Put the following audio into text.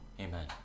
Amen